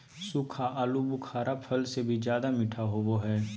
सूखा आलूबुखारा फल से भी ज्यादा मीठा होबो हइ